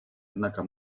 однако